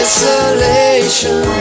Isolation